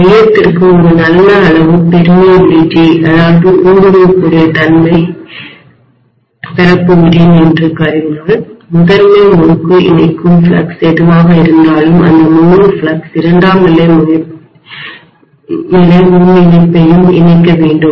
மையத்திற்கு ஒரு நல்ல அளவு பெர்மியபிலில்டி ஊடுருவக்கூடிய தன்மையை நான் பெறப்போகிறேன் என்று கருதி முதன்மை முறுக்கை இணைக்கும் ஃப்ளக்ஸ் எதுவாக இருந்தாலும் அந்த முழு ஃப்ளக்ஸ் இரண்டாம் நிலை முன்இணைப்பையும் இணைக்க வேண்டும்